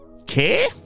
Okay